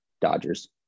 Dodgers